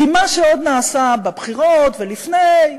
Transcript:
כי מה שעוד נעשה בבחירות ולפני,